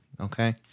okay